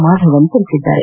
ಮಾಧವನ್ ತಿಳಿಸಿದ್ದಾರೆ